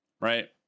Right